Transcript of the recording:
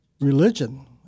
Religion